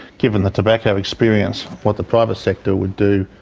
given the tobacco experience, what the private sector would do,